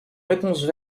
réponses